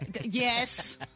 Yes